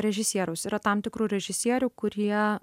režisieriaus yra tam tikrų režisierių kurie